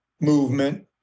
movement